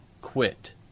quit